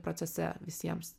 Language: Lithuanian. procese visiems